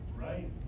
Right